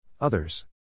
Others